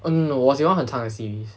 uh no 我喜欢很长的 series